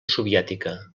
soviètica